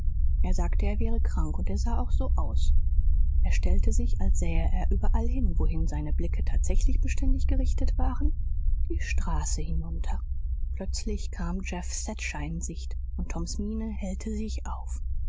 er sagte er wäre krank und er sah auch so aus er stellte sich als sähe er überall hin wohin seine blicke tatsächlich beständig gerichtet waren die straße hinunter plötzlich kam jeff thatcher in sicht und toms miene hellte sich aus